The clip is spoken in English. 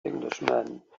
englishman